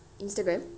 instagram